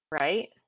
right